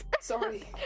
Sorry